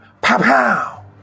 Pow-pow